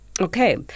okay